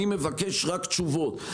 אני מבקש רק תשובות.